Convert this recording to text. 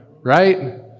right